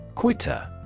Quitter